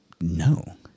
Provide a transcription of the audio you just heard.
no